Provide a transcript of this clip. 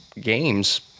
games